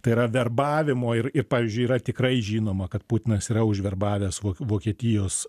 tai yra verbavimo ir ir pavyzdžiui yra tikrai žinoma kad putinas yra užverbavęs vokietijos